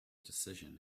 decision